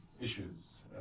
issues